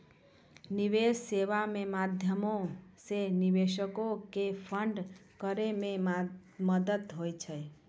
निवेश सेबा के माध्यमो से निवेशको के फंड करै मे मदत होय छै